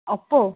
Oppo